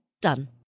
Done